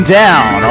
down